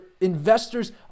investors